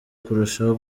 kurushaho